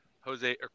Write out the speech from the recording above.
Jose